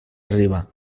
arriba